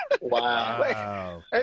Wow